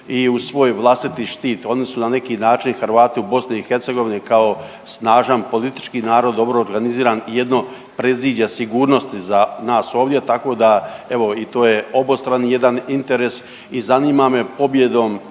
i u svoj vlastiti štit. Oni su na neki način Hrvati u BiH kao snažan politički narod dobro organiziran, jedno predziđe sigurnosti za nas ovdje, tako da evo i to je obostrani jedan interes i zanima me pobjedom